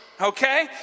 Okay